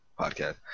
podcast